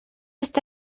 está